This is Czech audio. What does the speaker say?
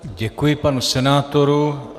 Děkuji panu senátorovi.